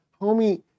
Homie